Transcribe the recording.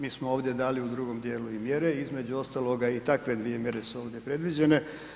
Mi smo ovdje dali u drugom dijelu i mjere, između ostaloga i takve dvije mjere su ovdje predviđene.